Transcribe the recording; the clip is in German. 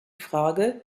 frage